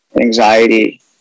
anxiety